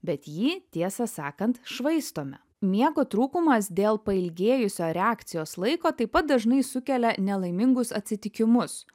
bet jį tiesą sakant švaistome miego trūkumas dėl pailgėjusio reakcijos laiko taip pat dažnai sukelia nelaimingus atsitikimus